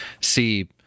see